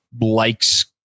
likes